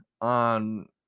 on